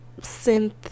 synth